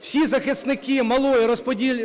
Всі захисники малої